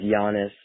Giannis